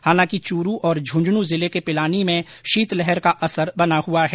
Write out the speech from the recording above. हालांकि चूरू और झुंझुनू जिले के पिलानी में शीतलहर का असर बना हुआ है